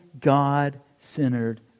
God-centered